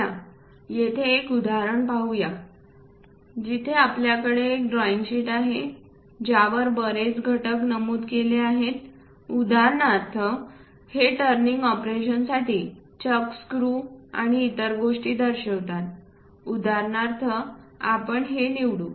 चला येथे एक उदाहरण पाहूया जिथे आपल्याकडे एक ड्रॉईंग शीट आहे ज्यावर बरेच घटक नमूद केले आहेत उदाहरणार्थ हे टर्निंग ऑपरेशनसाठी चक स्क्रू आणि इतर गोष्टी दर्शवितात उदाहरणार्थ आपण हे निवडू